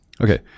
Okay